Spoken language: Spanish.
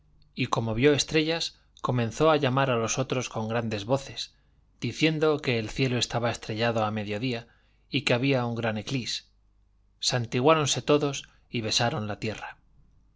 y como vio estrellas comenzó a llamar a los otros con grandes voces diciendo que el cielo estaba estrellado a mediodía y que había un gran eclís santiguáronse todos y besaron la tierra